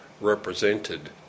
represented